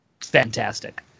fantastic